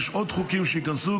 יש עוד חוקים שייכנסו,